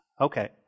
Okay